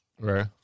Right